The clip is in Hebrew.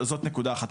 זאת נקודה אחת.